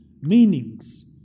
meanings